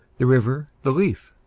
the river, the leaf.